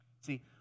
See